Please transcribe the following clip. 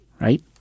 right